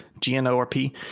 G-N-O-R-P